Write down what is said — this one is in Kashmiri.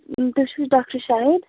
تُہی چھُ ڈاکٹر شاہد